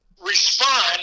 respond